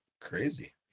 Crazy